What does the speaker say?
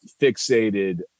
fixated